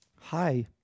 Hi